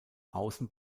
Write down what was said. außen